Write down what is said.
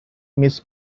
miss